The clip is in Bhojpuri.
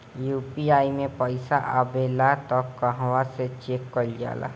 यू.पी.आई मे पइसा आबेला त कहवा से चेक कईल जाला?